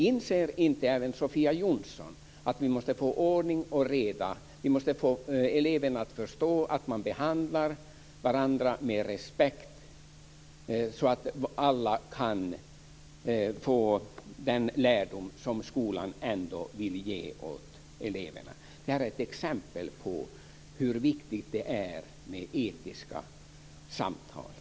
Inser inte även Sofia Jonsson att vi måste få ordning och reda och att vi måste få eleverna att förstå att man behandlar varandra med respekt så att alla kan få den lärdom som skolan ändå vill ge till eleverna? Detta är ett exempel på hur viktigt det är med etiska samtal.